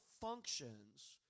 functions